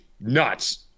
nuts